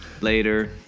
Later